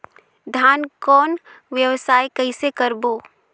धान कौन व्यवसाय कइसे करबो?